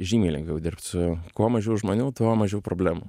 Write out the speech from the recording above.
žymiai lengviau dirbt su kuo mažiau žmonių tuo mažiau problemų